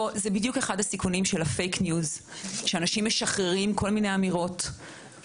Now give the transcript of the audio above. אחד הסיכונים של הפייק ניוז זה שאנשים משחררים כל מיני אמירות שהן